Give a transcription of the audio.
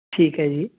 ਠੀਕ ਹੈ ਜੀ